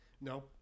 No